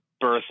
birth